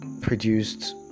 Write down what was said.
produced